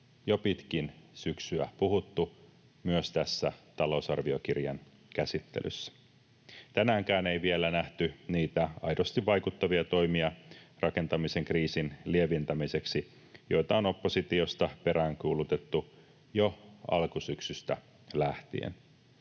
jo pitkin syksyä puhuttu myös tässä talousarviokirjan käsittelyssä. Tänäänkään ei vielä nähty niitä aidosti vaikuttavia toimia rakentamisen kriisin lieventämiseksi, joita on oppositiosta peräänkuulutettu jo alkusyksystä lähtien.